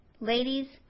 ladies